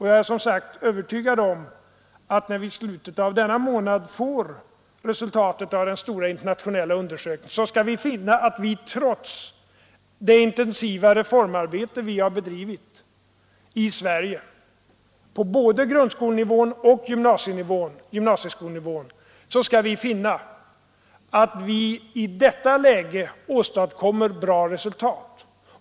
Jag är, som sagt, övertygad om att vi, när vi i slutet av denna månad får resultatet av den stora internationella undersökningen, skall finna att vi — trots det intensiva reformarbete vi bedrivit i Sverige på både grundskolenivå och gymnasieskolenivån — i detta läge åstadkommer bra resultat.